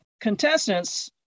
contestants